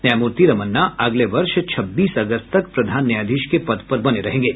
न्यायमूर्ति रमन्ना अगले वर्ष छब्बीस अगस्त तक प्रधान न्यायाधीश के पद पर बने रहेंगे